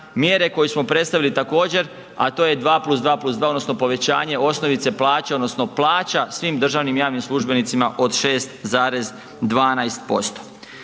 mjere koju smo predstavili također a to je 2+2+2 odnosno povećanje osnovice plaće odnosno plaća svim državnim i javnim službenicima od 6,12%.